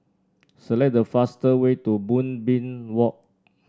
select the faster way to Moonbeam Walk